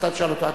אתה תשאל אותה.